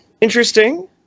Interesting